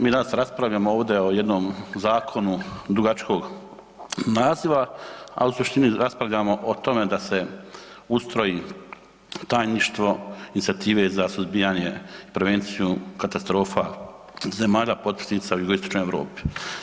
mi danas raspravljamo ovdje o jednom zakonu dugačkog naziva ali u suštini raspravljamo o tome da se ustroji tajništvo inicijative za suzbijanje prevencije katastrofa zemalja potpisnica u jugoistočnoj Europi.